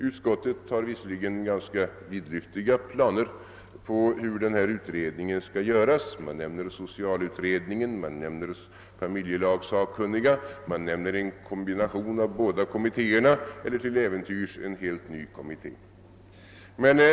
Utskottet har visserligen ganska vidlyftiga planer på hur denna utredning skall genomföras. Det nämner socialutredningen, familjelagssakkunniga, en kombination av dessa båda kommittéer eller till äventyrs en helt ny kommitté.